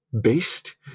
based